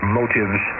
motives